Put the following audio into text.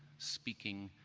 speaking,